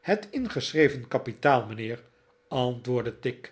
het ingeschreven kapitaal mijnheer antwoordde tigg